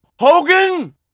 Hogan